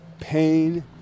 Pain